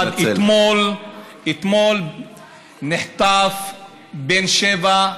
אתמול נחטף בן שבע,